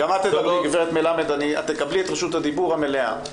גברת מלמד, את תקבלי את רשות הדיבור המלאה.